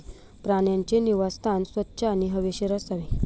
प्राण्यांचे निवासस्थान स्वच्छ आणि हवेशीर असावे